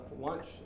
lunch